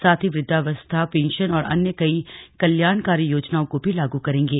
साथ ही वृद्धावस्था पेंशन और अन्य कई कल्याणकारी योजनाओं को भी लागू करेंगे